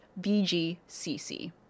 VGCC